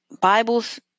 Bibles